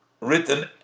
written